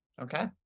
Okay